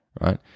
right